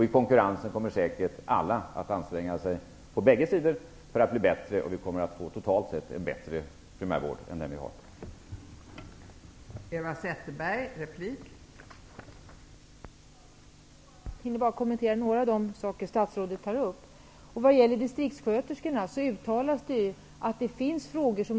I konkurrensen kommer säkert alla på bägge sidor att anstränga sig för att bli bättre, så att vi totalt sett får en bättre primärvård än vad vi har i dag.